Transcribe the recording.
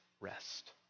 rest